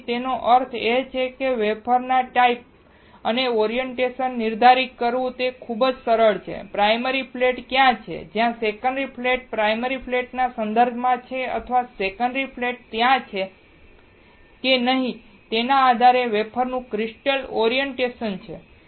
તેથી તેનો અર્થ એ છે કે વેફર ના ટાઇપ અને ઓરિએન્ટેશન નિર્ધારિત કરવું તે ખૂબ જ સરળ છે પ્રાયમરી ફ્લેટ ક્યાં છે અને જ્યાં સેકન્ડરી ફ્લેટ પ્રાયમરી ફ્લેટના સંદર્ભમાં છે અથવા સેકન્ડરી ફ્લેટ ત્યાં છે કે નહીં તેના આધારે વેફરનું ક્રિસ્ટલ ઓરિએન્ટેશન છે